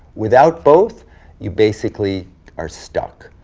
without both you basically are stuck.